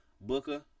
Booker